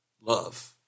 love